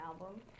album